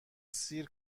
سیر